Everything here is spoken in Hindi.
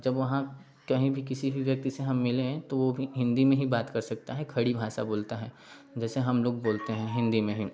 जब वहाँ कहीं भी किसी भी व्यक्ति से हम मिले तो वह भी हिन्दी में ही बात बात कर सकता है खड़ी भाषा बोलता है जैसे हम लोग बोलते हैं हिन्दी में ही